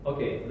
Okay